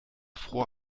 fror